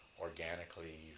organically